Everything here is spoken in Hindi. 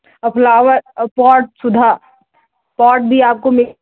और फ्लावर और पॉट सुधा पॉट भी आपको मिल